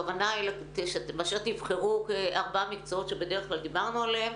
הכוונה היא באשר תבחרו ארבעה מקצועות שבדרך כלל דיברנו עליהם,